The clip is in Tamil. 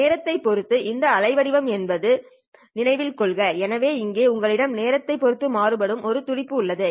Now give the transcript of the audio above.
நேரத்தை பொறுத்து இந்த அலைவடிவம் உள்ளது என்பதையும் நினைவில் கொள்க எனவே இங்கே உங்களிடம் நேரத்தைப் பொறுத்து மாறுபடும் ஒரு துடிப்பு உள்ளது